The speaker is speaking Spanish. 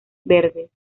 verdes